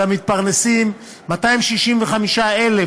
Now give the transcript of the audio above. אלא מתפרנסים 265,000